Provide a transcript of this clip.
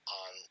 on